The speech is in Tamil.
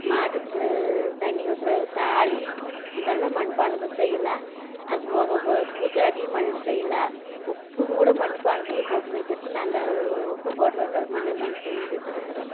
மாட்டுக்கு தண்ணி ஊற்றுற தாளி இதெல்லாம் மண்பாண்டத்தி செய்யலாம் அதுபோக பூஜாடி மண்ணில் செய்யலாம் உப்புங்கூட மண்பாண்டத்தில் போட்டு வைக்கறக்கு நாங்கள் உப்பு போடுறதுக்கு அது மண்ணில் நாங்கள் செஞ்சு வச்சுருக்கிறோம்